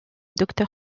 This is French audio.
docteur